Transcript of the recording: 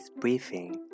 Briefing